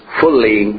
fully